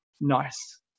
nice